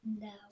No